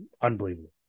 unbelievable